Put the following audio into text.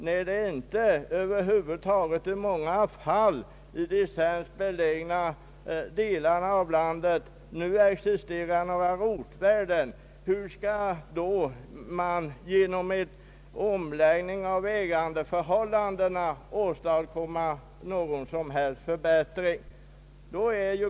När det nu i många fall i de sämst belägna delarna i landet över huvud taget inte existerar några rotvärden, hur skall vi då genom en omläggning av ägandeförhållandena kunna åstadkomma någon som helst förbättring?